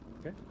Okay